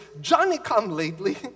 Johnny-come-lately